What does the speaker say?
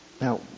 Now